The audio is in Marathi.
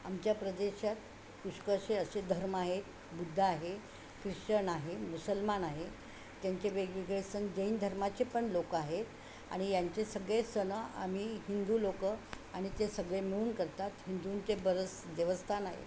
आमच्या प्रदेशात पुष्कळसे असे धर्म आहेत बुद्ध आहे ख्रिश्चन आहे मुसलमान आहे त्यांचे वेगवेगळे सण जैन धर्माचे पण लोक आहेत आणि यांचे सगळे सणं आम्ही हिंदू लोक आणि ते सगळे मिळून करतात हिंदूंचे बरंच देवस्थान आहे